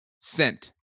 sent